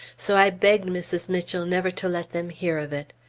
so i begged mrs. mitchell never to let them hear of it.